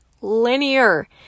linear